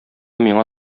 миңа